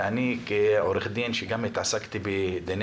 ואני אומר כעורך דין שגם התעסקתי בדיני